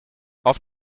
auf